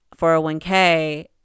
401k